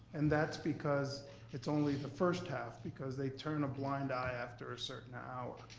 and that's because it's only the first half, because they turn a blind eye after a certain hour.